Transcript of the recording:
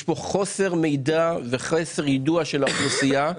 יש פה חוסר מידע וחוסר יידוע של האוכלוסייה.